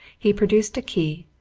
he produced a key,